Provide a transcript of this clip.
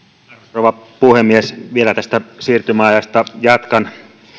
rouva puhemies vielä tästä siirtymäajasta jatkan vuonna